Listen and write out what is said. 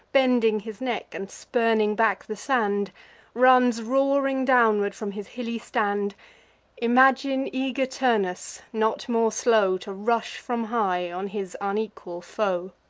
bending his neck, and spurning back the sand runs roaring downward from his hilly stand imagine eager turnus not more slow, to rush from high on his unequal foe.